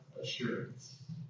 assurance